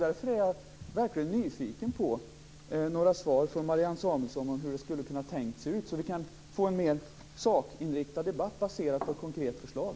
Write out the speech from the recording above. Därför är jag verkligen nyfiken på några svar från Marianne Samuelsson om hur det är tänkt att kunna se ut, så att vi kan få en mer sakinriktad debatt baserad på ett konkret förslag.